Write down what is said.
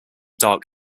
dark